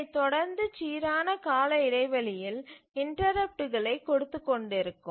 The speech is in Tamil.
இவை தொடர்ந்து சீரான கால இடைவெளியில் இன்டரப்ட்டுகளை கொடுத்து கொண்டிருக்கும்